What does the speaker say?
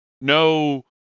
no